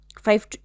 five